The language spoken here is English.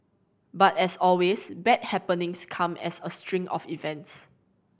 but as always bad happenings come as a string of events